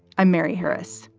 i'm mary harris.